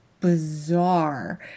bizarre